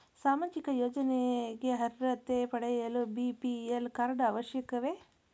ಸಾಮಾಜಿಕ ಯೋಜನೆಗೆ ಅರ್ಹತೆ ಪಡೆಯಲು ಬಿ.ಪಿ.ಎಲ್ ಕಾರ್ಡ್ ಅವಶ್ಯಕವೇ?